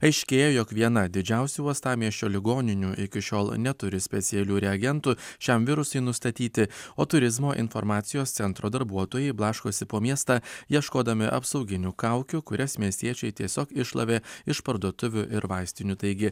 aiškėja jog viena didžiausių uostamiesčio ligoninių iki šiol neturi specialių reagentų šiam virusui nustatyti o turizmo informacijos centro darbuotojai blaškosi po miestą ieškodami apsauginių kaukių kurias miestiečiai tiesiog iššlavė iš parduotuvių ir vaistinių taigi